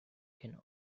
can